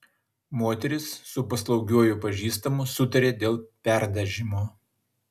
moteris su paslaugiuoju pažįstamu sutarė dėl perdažymo